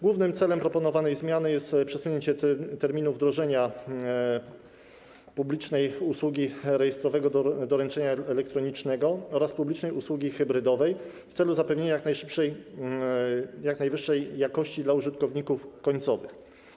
Głównym celem proponowanej zmiany jest przesunięcie terminów wdrożenia publicznej usługi rejestrowego doręczenia elektronicznego oraz publicznej usługi hybrydowej w celu zapewnienia jak najwyższej jakości dla użytkowników końcowych.